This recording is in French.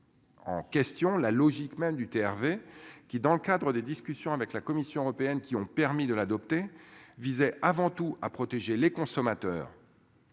En question, la logique même du TRV qui dans le cadre des discussions avec la Commission européenne qui ont permis de l'adopter, visait avant tout à protéger les consommateurs.